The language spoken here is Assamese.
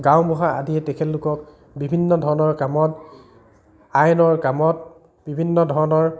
গাঁওবুঢ়া আদিয়ে তেখেতলোকক বিভিন্ন ধৰণৰ কামত আইনৰ কামত বিভিন্ন ধৰণৰ